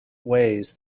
ways